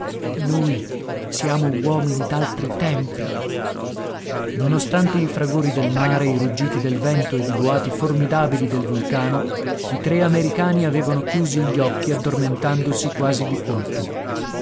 noi siamo uomini d'altri tempi nonostante i fragori del mare i ruggiti del vento ed i boati formidabili del vulcano i tre americani avevano chiusi gli occhi addormentandosi quasi di colpo